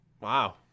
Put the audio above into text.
wow